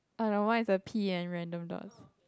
oh no mine is a P and random dots